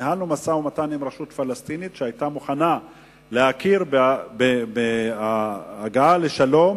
ניהלנו משא-ומתן עם רשות פלסטינית שהיתה מוכנה להכיר בהגעה לשלום